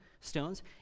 stones